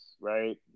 right